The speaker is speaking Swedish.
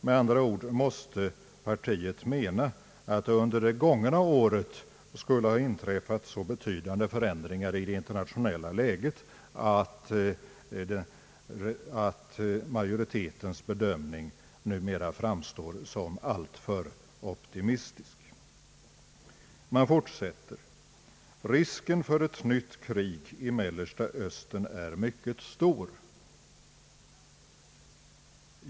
Med andra ord måste partiets företrädare mena att det under det gångna året skulle ha inträffat så betydande förändringar i det internationella läget att majoritetens bedömning numera framstår som alltför optimistisk. Vidare heter det i reservationen: »Risken för ett nytt krig i Mellersta Östern är mycket stor».